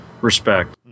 respect